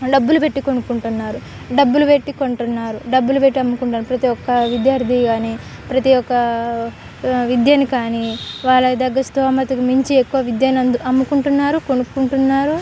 డబ్బులు పెట్టి కొనుక్కుంటున్నారు డబ్బులు పెట్టి కొంటున్నారు డబ్బులు పెట్టి అమ్ముకుంటారు ప్రతి ఒక్క విద్యార్థి కానీ ప్రతి ఒక్క విద్యను కానీ వాళ్ళ దగ్గర స్తోమతకు మించి ఎక్కువ విద్యను అమ్ముకుంటున్నారు కొనుక్కుంటున్నారు